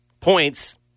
points